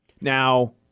Now